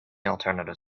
alternative